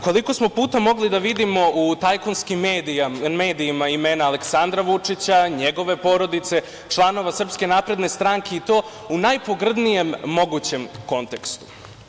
Koliko smo puta mogli da vidimo u tajkunskim medijima imena Aleksandra Vučića, njegove porodice, članova SNS i to u najpogrdnijem mogućem kontekstu?